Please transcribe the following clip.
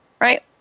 right